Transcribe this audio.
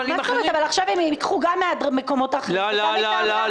אני יכולה להסביר?